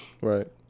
right